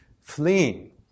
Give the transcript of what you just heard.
fleeing